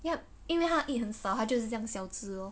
yup 因为他 eat 很少他就是这样小子 lor